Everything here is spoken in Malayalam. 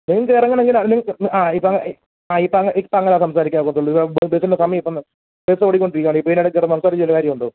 നിങ്ങൾക്കിറങ്ങണമെങ്കിൽ അതിന് ആ ഇപ്പം അങ്ങനായി ആ ഇപ്പങ്ങനായി ഇപ്പങ്ങനായി സംസാരിക്കാനൊക്കത്തുള്ളൂ ബസ്സിൻറ്റെ സമയമിപ്പോൾ ബസ്സോടിക്കൊണ്ടിരിക്കുവാണ് ഇപ്പോൾ ഇതിനെടേക്കിടന്ന് സംസാരിച്ച് വല്ല കാര്യമുണ്ടോ